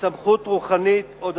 סמכות רוחנית או דתית.